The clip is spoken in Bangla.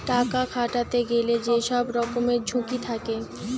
টাকা খাটাতে গেলে যে সব রকমের ঝুঁকি থাকে